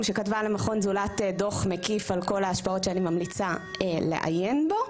שכתבה למכון זולת דוח מקיף על כל ההשפעות שאני ממליצה לעיין בו,